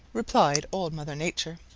replied old mother nature.